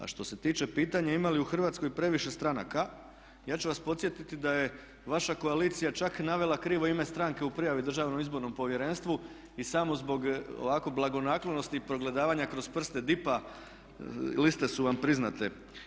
A što se tiče pitanja ima li u Hrvatskoj previše stranaka ja ću vas podsjetiti da je vaša koalicija čak navela krivo ime stranke u prijavi Državnom izbornom povjerenstvu i samo zbog ovako blagonaklonosti i progledavanja kroz prste DIP-a liste su vam priznate.